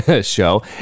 show